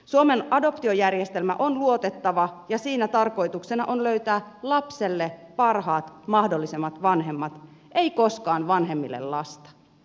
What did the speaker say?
suomen adoptiojärjestelmä on luotettava ja siinä tarkoituksena on löytää lapselle parhaat mahdollisimmat vanhemmat ei koskaan vanhemmille lasta